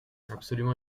absolument